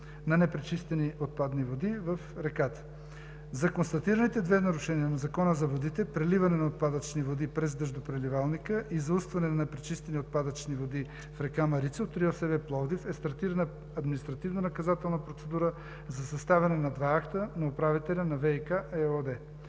на непречистени отпадни води в реката. За констатираните две нарушения на Закона за водите – преливане на отпадъчни води през дъждопреливника и заустване на пречистени отпадъчни води в река Марица, от РИОСВ – Пловдив, е стартирана административнонаказателна процедура за съставяне на два акта на управителя на „ВиК“ ЕООД.